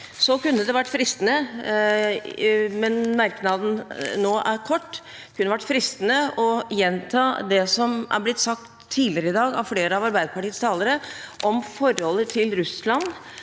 Så kunne det vært fristende – men merknaden nå er kort – å gjenta det som er blitt sagt tidligere i dag av flere av Arbeiderpartiets talere om forholdet til Russland